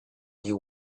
you